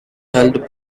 held